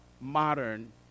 modern